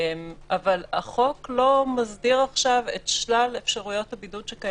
אבל החוק לא מסדיר עכשיו את שלל אפשרויות הבידוד שקיימות במדינת ישראל.